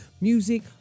Music